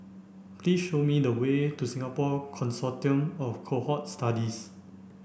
please show me the way to Singapore Consortium of Cohort Studies